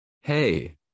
hey